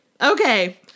Okay